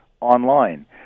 online